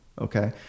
Okay